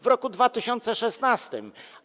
W roku 2016.